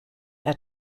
are